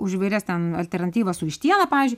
už įvairias ten alternatyvas su vištiena pavyzdžiui